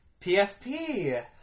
PFP